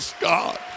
God